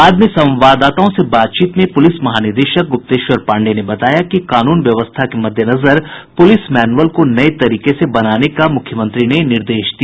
बाद में संवाददाताओं से बातचीत में पूलिस महानिदेशक गुप्तेश्वर पांडेय ने बताया कि कानून व्यवस्था के मद्देनजर पुलिस मैनुअल को नये तरीके से बनाने का मुख्यमंत्री ने निर्देश दिया